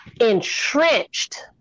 entrenched